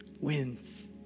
wins